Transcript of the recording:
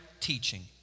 teaching